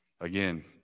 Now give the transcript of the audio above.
Again